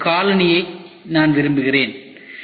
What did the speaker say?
ஒரு காலணி என் தேவையைப் புரிந்து கொள்ளுங்கள் ஒரு என் தேவை